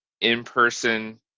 in-person